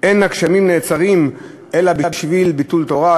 אין הגשמים נעצרים אלא בשביל ביטול תורה".